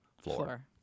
floor